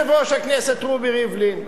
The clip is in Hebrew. אלא יושב-ראש הכנסת רובי ריבלין.